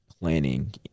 planning